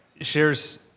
shares